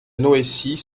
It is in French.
noétie